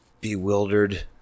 bewildered